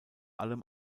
allem